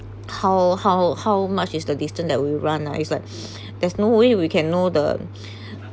how how how much is the distant that we run ah is like there's no way we can know the